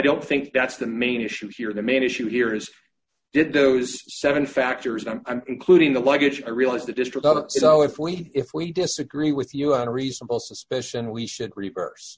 don't think that's the main issue here the main issue here is did those seven factors i'm including the luggage i realized the district you know if we if we disagree with you on a reasonable suspicion we should reverse